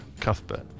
Cuthbert